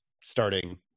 starting